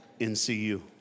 NCU